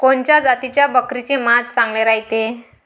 कोनच्या जातीच्या बकरीचे मांस चांगले रायते?